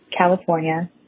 California